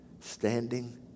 standing